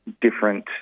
different